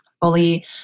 fully